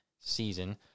season